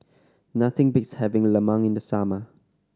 nothing beats having lemang in the summer